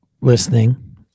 listening